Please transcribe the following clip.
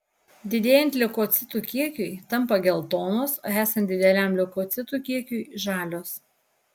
didėjant leukocitų kiekiui tampa geltonos o esant dideliam leukocitų kiekiui žalios